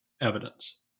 evidence